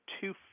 two